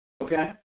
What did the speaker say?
Okay